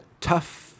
tough